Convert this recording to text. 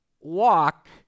walk